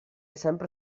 sempre